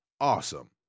Awesome